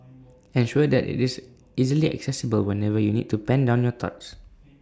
ensure that IT is easily accessible whenever you need to pen down your thoughts